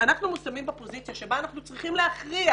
מושמים בעמדה שבה אנחנו נדרשים להכריע